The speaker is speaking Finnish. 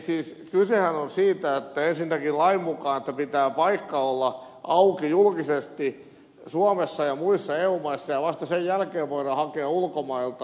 siis kysehän on siitä että ensinnäkin lain mukaan pitää paikan olla auki julkisesti suomessa ja muissa eu maissa ja vasta sen jälkeen voidaan hakea ulkomailta työvoimaa